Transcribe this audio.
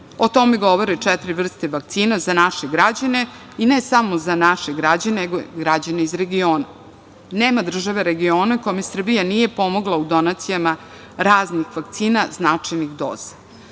O tome govore četiri vrste vakcina za naše građane i ne samo za naše građane, nego i građane iz regiona. Nema države u regionu kojoj Srbija nije pomogla u donacijama raznih vakcina značajnih